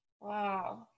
Wow